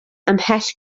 ymhell